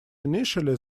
initially